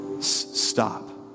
Stop